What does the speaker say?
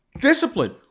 Discipline